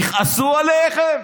יכעסו עליכם?